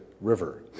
river